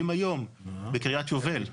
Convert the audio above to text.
ואם היום בקריית יובל או